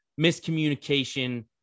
miscommunication